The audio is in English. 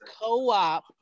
co-op